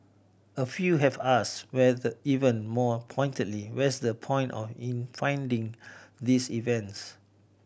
a few have asked even more pointedly what's the point in funding these events